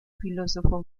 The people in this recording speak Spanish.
filósofo